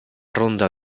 ronda